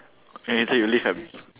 and later you live